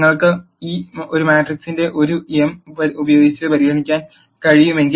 നിങ്ങൾക്ക് ഒരു മാട്രിക്സ് ഒരു എം ഉപയോഗിച്ച് പരിഗണിക്കാൻ കഴിയുമെങ്കിൽ